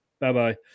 Bye-bye